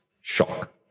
Shock